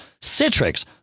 Citrix